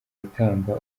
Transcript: ikamba